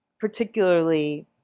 particularly